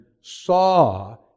saw